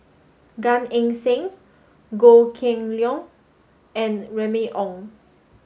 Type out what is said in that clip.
Gan Eng Seng Goh Kheng Long and Remy Ong